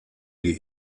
die